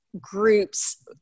groups